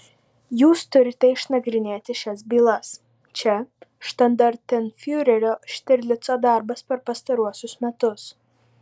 jūs turite išnagrinėti šias bylas čia štandartenfiurerio štirlico darbas per pastaruosius metus